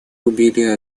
убили